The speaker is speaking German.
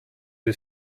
die